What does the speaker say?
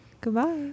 Goodbye